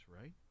right